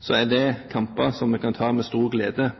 så er det kamper vi kan ta med stor glede.